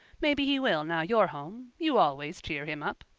maybe he will now you're home. you always cheer him up.